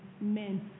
men